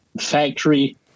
factory